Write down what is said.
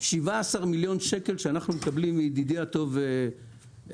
17 מיליון שקל שאנחנו מקבלים מידידי הטוב ארז.